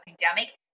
pandemic